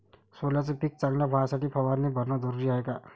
सोल्याचं पिक चांगलं व्हासाठी फवारणी भरनं जरुरी हाये का?